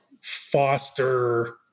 foster